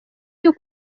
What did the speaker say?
cyo